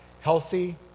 healthy